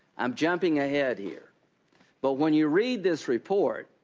i'm jumping ahead here but when you read this report,